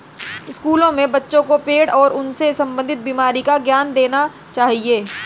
स्कूलों में बच्चों को पेड़ और उनसे संबंधित बीमारी का ज्ञान देना चाहिए